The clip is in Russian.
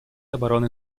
обороны